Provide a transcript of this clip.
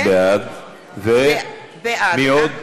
בעד מי עוד?